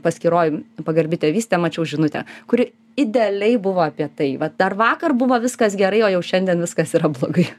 paskyroj pagarbi tėvystė mačiau žinutę kuri idealiai buvo apie tai vat dar vakar buvo viskas gerai o jau šiandien viskas yra blogai